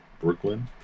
Brooklyn